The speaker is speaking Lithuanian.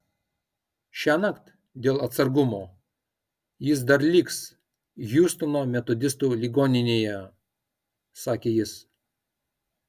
šiąnakt dėl atsargumo jis dar liks hjustono metodistų ligoninėje sakė jis